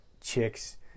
chicks